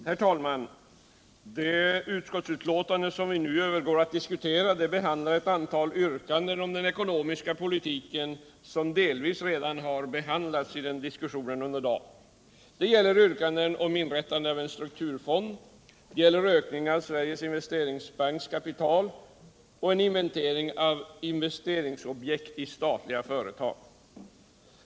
Herr talman! Det utskottsbetänkande vi nu övergår till att diskutera behandlar ett antal yrkanden om den ekonomiska politiken, som delvis redan har tagits upp under dagen. Det gäller yrkanden om inrättande av en strukturfond, ökning av Sveriges Investeringsbanks kapital och en inventering av investeringsobjekt i statliga företag.